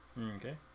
Okay